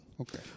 Okay